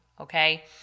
okay